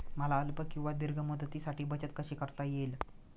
मला अल्प किंवा दीर्घ मुदतीसाठी बचत कशी करता येईल?